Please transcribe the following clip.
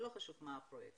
לא חשוב מה הפרויקט